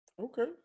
Okay